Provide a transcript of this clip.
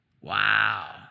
Wow